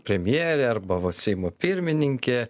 premjerė arba va seimo pirmininkė